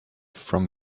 from